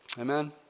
Amen